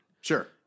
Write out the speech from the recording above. Sure